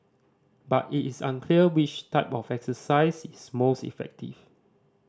but it is unclear which type of exercise is most effective